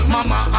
Mama